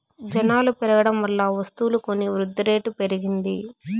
జనాలు పెరగడం వల్ల వస్తువులు కొని వృద్ధిరేటు పెరిగింది